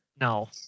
no